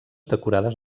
decorades